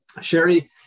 Sherry